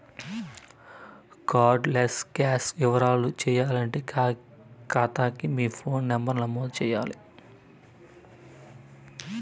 card less cash యవ్వారాలు సేయాలంటే కాతాకి మీ ఫోను నంబరు నమోదు చెయ్యాల్ల